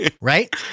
Right